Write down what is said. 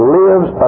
lives